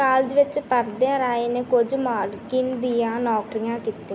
college ਵਿੱਚ ਪੜ੍ਹਦਿਆਂ ਰਾਏ ਨੇ ਕੁਝ ਮਾਡਲਿੰਗ ਦੀਆਂ ਨੌਕਰੀਆਂ ਕੀਤੀਆਂ